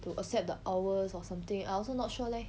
to accept the hours or something I also not sure leh